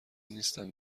نیستم